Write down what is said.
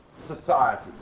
society